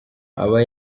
aba